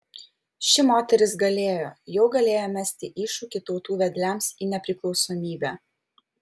ši moteris galėjo jau galėjo mesti iššūkį tautų vedliams į nepriklausomybę